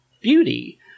beauty